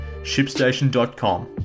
Shipstation.com